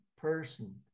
person